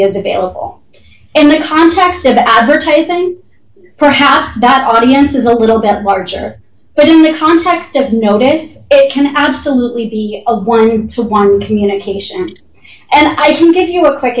is available in the context of advertising perhaps that audience is a little bit larger but in the context of notice it can absolutely be a one to one communication and i can give you a quick